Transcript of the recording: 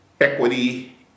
equity